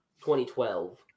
2012